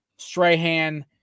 Strahan